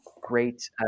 great